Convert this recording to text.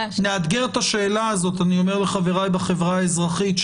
שנאתגר את השאלה הזאת ואת זה אני אומר לחבריי בחברה האזרחית,